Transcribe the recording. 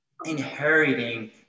inheriting